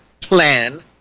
plan